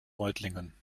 reutlingen